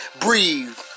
breathe